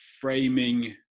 framing